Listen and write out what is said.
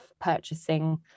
purchasing